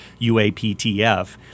UAPTF